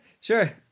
sure